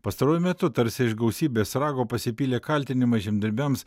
pastaruoju metu tarsi iš gausybės rago pasipylė kaltinimai žemdirbiams